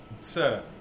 sir